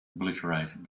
obliterated